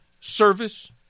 Service